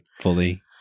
fully